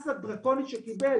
בבוקר.